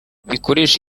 bikoresha